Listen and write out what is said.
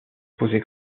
poser